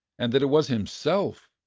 and that it was himself!